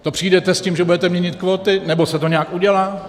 To přijdete s tím, že budete měnit kvóty, nebo se to nějak udělá?